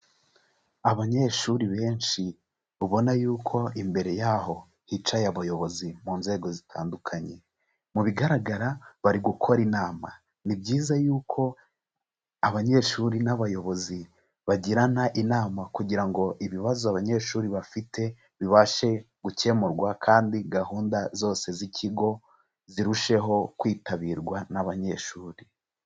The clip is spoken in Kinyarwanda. Abanyeshuri benshi ubona yuko imbere y'aho hicaye abayobozi mu nzego zitandukanye, mu bigaragara bari gukora inama, ni byiza y'uko abanyeshuri n'abayobozi bagirana inama kugira ngo ibibazo abanyeshuri bafite bibashe gukemurwa kandi gahunda zose z'ikigo zirusheho kwitabirwa n'abanyeshuri.